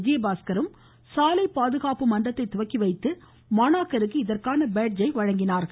விஜயபாஸ்கரும் சாலை பாதுகாப்பு மன்றத்தை துவக்கிவைத்து மாணாக்கருக்கு இதற்கான பேட்ஜை வழங்கினார்கள்